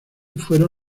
fueron